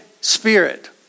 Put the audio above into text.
spirit